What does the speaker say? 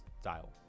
style